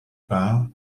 part